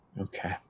Okay